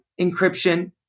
encryption